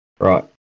right